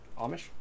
Amish